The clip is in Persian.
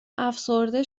افسرده